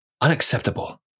unacceptable